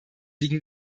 liegen